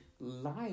Life